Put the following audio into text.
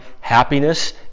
happiness